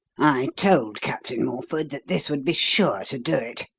i told captain morford that this would be sure to do it.